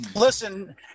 Listen